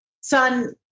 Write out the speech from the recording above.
son